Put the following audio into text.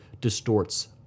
distorts